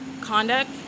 conduct